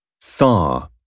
saw